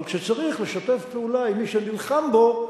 אבל כשצריך לשתף פעולה עם מי שנלחם בו,